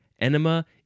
Enema